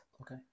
Okay